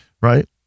right